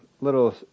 little